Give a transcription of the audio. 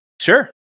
Sure